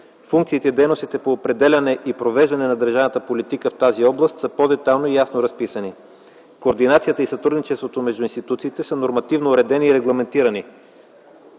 функциите и дейностите по определяне и провеждане на държавната политика в тази област са по-детайлно и ясно разписани. Координацията и сътрудничеството между институциите са нормативно уредени и регламентирани.